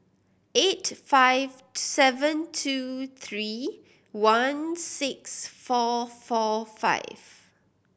eight five seven two three one six four four five